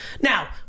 Now